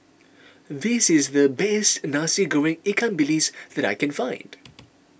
this is the best Nasi Goreng Ikan Bilis that I can find